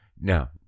Now